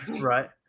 Right